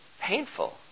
painful